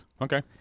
Okay